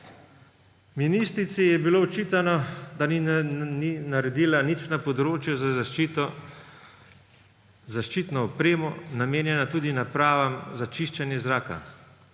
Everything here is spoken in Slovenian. Ministrici je bilo očitano, da ni naredila nič na področju za zaščitno opremo, namenjeno tudi napravam za čiščenje zraka.